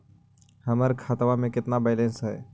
हमर खतबा में केतना बैलेंस हई?